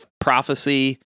prophecy